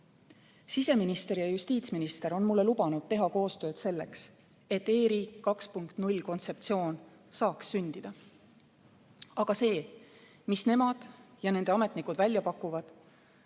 Siseminister ja justiitsminister on mulle lubanud teha koostööd selleks, et e-riik 2.0 kontseptsioon saaks sündida. Aga see, mis nemad ja nende ametnikud välja pakuvad,